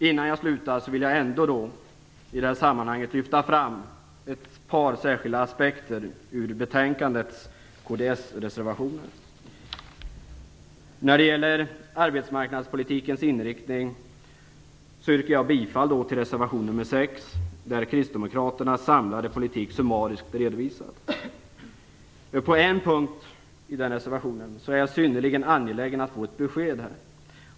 Innan jag avslutar mitt anförande vill jag i det här sammanhanget lyfta fram ett par aspekter ur kds reservationer till betänkandet. När det gäller arbetsmarknadspolitikens inriktning yrkar jag bifall till reservation 6, där kristdemokraternas samlade politik har redovisats summariskt. På en punkt i den reservationen är jag synnerligen angelägen om att få ett besked.